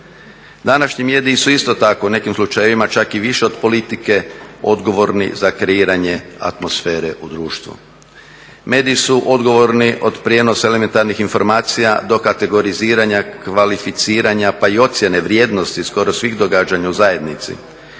Današnji mediji su isto tako u nekim slučajevima čak i više od politike odgovorni za kreiranje atmosfere u društvu. Mediji su odgovorni od prijenosa elementarnih informacija do kategoriziranja, kvalificiranja pa i ocjene vrijednosti skoro svih događanja u zajednici.